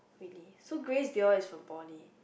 really so Grace they all is for poly